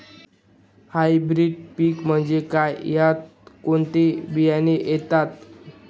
Hybrid पीक म्हणजे काय? यात कोणते बियाणे येतात?